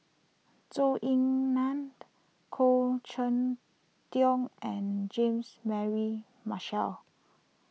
Zhou Ying Nan Khoo Cheng Tiong and Jeans Mary Marshall